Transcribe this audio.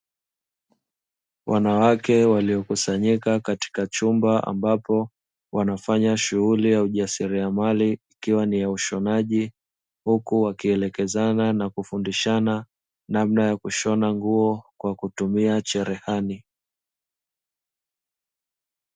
Wanawake waliokusanyika katika chumba, ambapo wanafanya shughuli ya ujasiriamali ikiwa ni ya ushonaji, huku wakielekezana na kufundishana namna ya kushona nguo kwa kutumia cherehani.